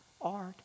art